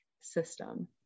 system